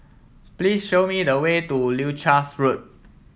please show me the way to Leuchars Road